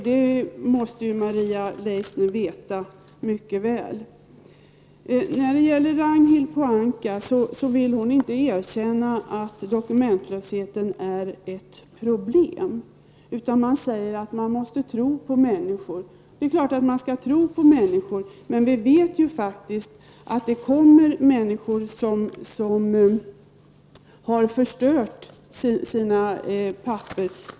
Det måste Maria Leissner mycket väl veta. Ragnhild Pohanka vill inte erkänna att dokumentlösheten är ett problem. Det heter att man måste tro på människor. Ja, det är klart att man skall på tro människor. Men det kommer faktiskt hit människor som har förstört sina papper.